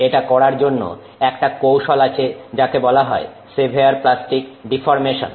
এটা করার জন্য একটা কৌশল আছে যাকে বলে সেভিয়ার প্লাস্টিক ডিফর্মেশন